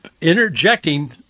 interjecting